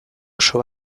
oso